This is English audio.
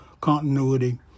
continuity